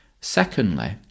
Secondly